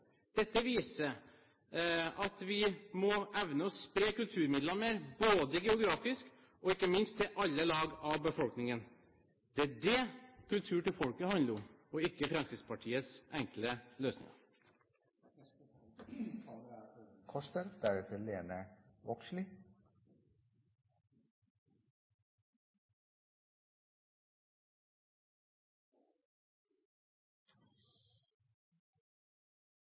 Dette viser at vi må evne å spre kulturmidlene mer, geografisk og ikke minst til alle lag av befolkningen. Det er det kultur til folket handler om – ikke Fremskrittspartiets enkle